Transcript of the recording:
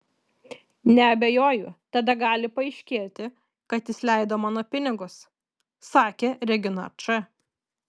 neabejoju tada gali paaiškėti kad jis leido mano pinigus sakė regina č